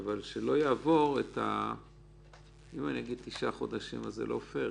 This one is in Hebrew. אם אני אגיד "תשעה חודשים", זה לא פייר.